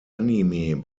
anime